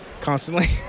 Constantly